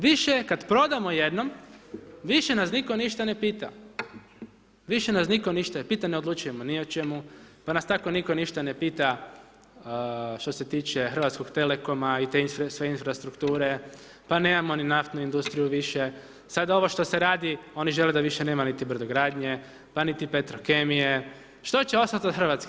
Više je kad prodamo jednom, više nas nitko ništa ne pita, više nas nitko ništa ne pita, ne odlučujemo ni o čemu, pa nas tako nitko ništa ne pita što se tiče Hrvatskog telekoma i te sve infrastrukture, pa nemamo ni naftnu industriju više, sad ovo što se radi, ono žele da više nema ni brodogradnje, pa niti Petrokemije, što će ostati od Hrvatske?